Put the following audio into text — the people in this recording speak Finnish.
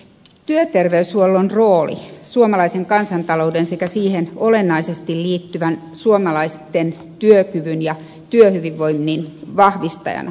työterveyshuollon rooli suomalaisen kansantalouden sekä siihen olennaisesti liittyvän suomalaisten työkyvyn ja työhyvinvoinnin vahvistajana on olennainen